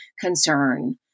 concern